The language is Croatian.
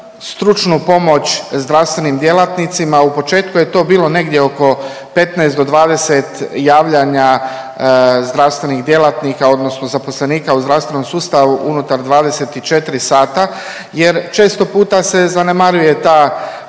stručnu pomoć zdravstvenim djelatnicima. U početku je to bilo negdje oko 15 do 20 javljanja zdravstvenih djelatnika, odnosno zaposlenika zdravstvenom sustavu unutar 24 sata jer često puta se zanemaruje ta